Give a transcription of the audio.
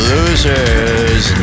Losers